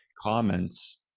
comments